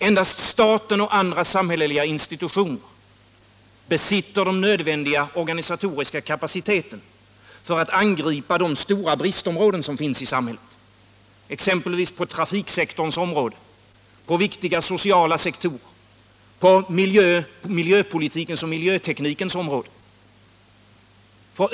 Endast staten och andra samhälleliga institutioner besitter den nödvändiga organisatoriska kapaciteten för att angripa de stora bristområden som finns i samhället, exempelvis inom trafiksektorn, inom viktiga sociala sektorer, på miljöpolitikens och miljöteknikens områden.